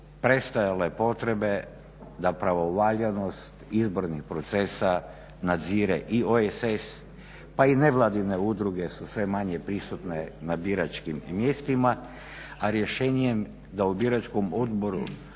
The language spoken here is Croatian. prestajale potrebe da pravovaljanost izbornih procesa nadzire i OESS pa i nevladine udruge su sve manje prisutne na biračkim mjestima, a rješenjem da u biračkom odboru